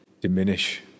diminish